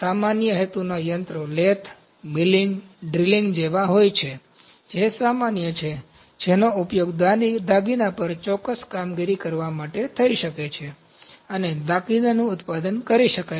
સામાન્ય હેતુના યંત્રો લેથ મિલિંગ ડ્રિલિંગ જેવા હોય છે જે સામાન્ય છે જેનો ઉપયોગ દાગીના પર ચોક્કસ કામગીરી કરવા માટે થઈ શકે છે અને દાગીનાનું ઉત્પાદન કરી શકાય છે